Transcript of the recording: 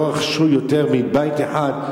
לא רכשו יותר מבית אחד,